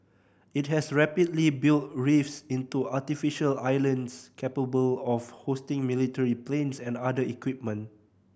it has rapidly built reefs into artificial islands capable of hosting military planes and other equipment